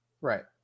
Right